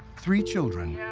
three children, yeah